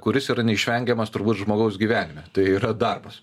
kuris yra neišvengiamas turbūt žmogaus gyvenime tai yra darbas